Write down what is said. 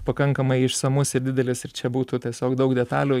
pakankamai išsamus ir didelis ir čia būtų tiesiog daug detalių